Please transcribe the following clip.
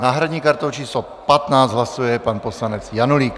S náhradní kartou číslo 15 hlasuje pan poslanec Janulík.